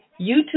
YouTube